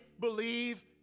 believe